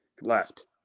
left